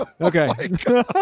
Okay